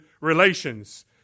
relations